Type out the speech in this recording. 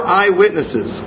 eyewitnesses